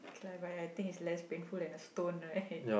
K lah but I think it's less painful than a stone right